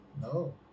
No